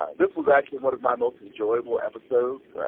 ah this was actually one of my most enjoyable episodes.